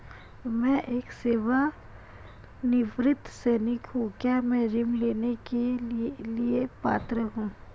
मैं एक सेवानिवृत्त सैनिक हूँ क्या मैं ऋण लेने के लिए पात्र हूँ?